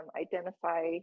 identify